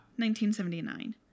1979